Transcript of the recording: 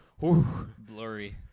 blurry